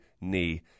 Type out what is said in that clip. knee